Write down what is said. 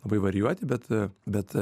labai varijuoti bet bet